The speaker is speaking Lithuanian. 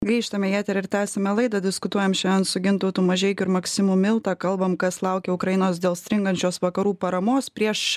grįžtame į eterį ir tęsiame laidą diskutuojam šiandien su gintautu mažeikiu ir maksimu milta kalbam kas laukia ukrainos dėl stringančios vakarų paramos prieš